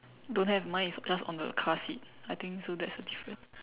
don't have mine is just on the car seat I think so that's the difference